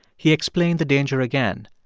he explained the danger again.